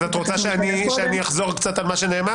את רוצה שאחזור קצת על מה שנאמר?